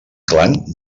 clan